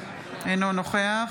אינו נוכח